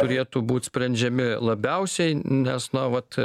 turėtų būt sprendžiami labiausiai nes na vat